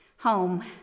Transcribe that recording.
home